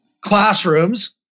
classrooms